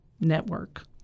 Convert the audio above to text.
network